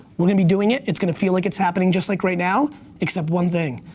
we're gonna be doing it, it's gonna feel like it's happening just like right now except one thing,